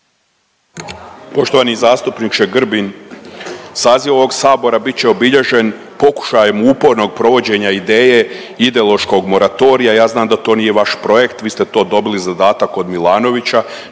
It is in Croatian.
Poštovani zastupniče Grbin. Saziv ovog Sabora bit će obilježen pokušajem upornog provođenja ideja ideološkog moratorija, ja znam da to nije vaš projekt, vi ste to dobili zadatak od Milanovića,